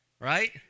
right